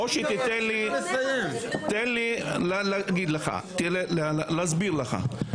תן לי להסביר לך.